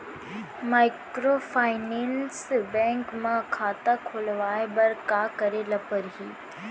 Microfinance bank म खाता खोलवाय बर का करे ल परही?